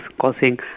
causing